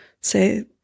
say